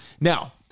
Now